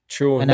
True